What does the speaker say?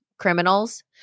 criminals